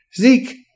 Zeke